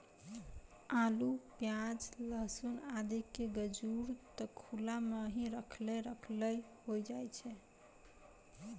आलू, प्याज, लहसून आदि के गजूर त खुला मॅ हीं रखलो रखलो होय जाय छै